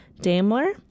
Daimler